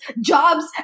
jobs